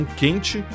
quente